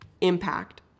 impact